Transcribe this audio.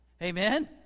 Amen